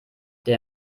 der